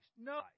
No